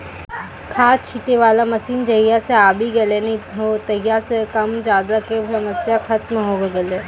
खाद छीटै वाला मशीन जहिया सॅ आबी गेलै नी हो तहिया सॅ कम ज्यादा के समस्या खतम होय गेलै